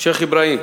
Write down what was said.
השיח' אברהים,